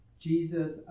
Jesus